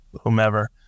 whomever